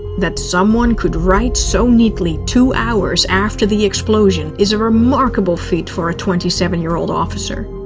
that someone could write so neatly, two hours after the explosion, is a remarkable feat for a twenty seven year old officer.